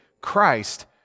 Christ